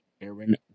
Aaron